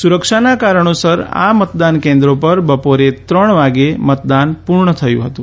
સુરક્ષાના કારણોસર આ મતદાન કેન્દ્રો પર બપોરે ત્રણ વાગે મતદાન પૂર્ણ થયું હતું